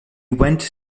went